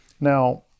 now